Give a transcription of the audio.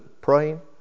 praying